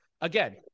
again